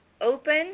open